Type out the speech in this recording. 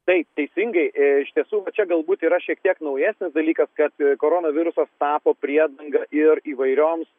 taip teisingai iš tiesų čia galbūt yra šiek tiek naujesnis dalykas kad koronavirusas tapo priedanga ir įvairioms